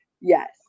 yes